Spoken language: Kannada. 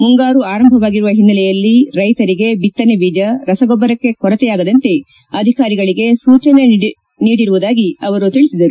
ಮುಂಗಾರು ಆರಂಭವಾಗಿರುವ ಹಿನ್ನೆಲೆಯಲ್ಲಿ ರೈತರಿಗೆ ಬಿತ್ತನೆ ಬೀಜ ರಸಗೊಬ್ಬರಕ್ಕೆ ಕೊರತೆಯಾಗದಂತೆ ಅಧಿಕಾರಿಗಳಿಗೆ ಸೂಚನೆ ನೀಡಿರುವುದಾಗಿ ತಿಳಿಸಿದರು